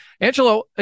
Angelo